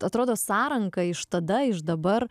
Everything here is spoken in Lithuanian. atrodo sąranka iš tada iš dabar